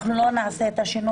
אנחנו לא נעשה את השינוי.